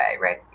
right